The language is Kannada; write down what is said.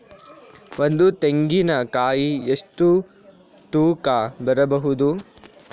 ಒಂದು ತೆಂಗಿನ ಕಾಯಿ ಎಷ್ಟು ತೂಕ ಬರಬಹುದು?